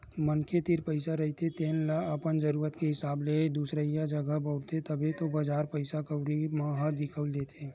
मनखे तीर पइसा रहिथे तेन ल अपन जरुरत के हिसाब ले दुसरइया जघा बउरथे, तभे तो बजार पइसा कउड़ी ह दिखउल देथे